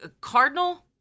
cardinal